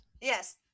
Yes